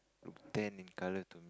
look tan in colour to